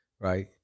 right –